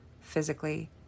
physically